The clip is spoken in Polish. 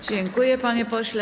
Dziękuję, panie pośle.